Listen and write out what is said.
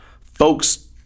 folks